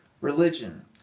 religion